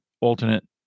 alternate